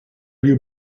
you